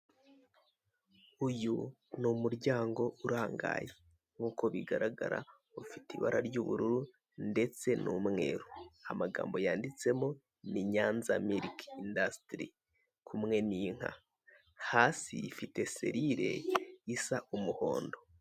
Uyu ni umuryango urangaye nkuko bigaragara ufite ibara ry'ubururu ndetse n'umweru, amagambo yanditsemo ni Nyanza miriki indasitiri kumwe n'inka. Hasi ifite serire isa umuhondo.